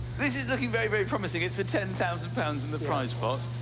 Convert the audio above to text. this is looking very, very promising. it's for ten thousand pounds in the prize pot.